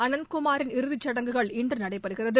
அனந்தகுமாரின் இறுதி சுடங்குகள் இன்று நடைபெறுகிறது